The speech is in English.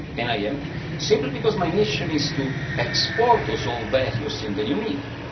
and i am simply because my mission is to export those old values in the new media.